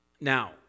now